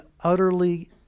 utterly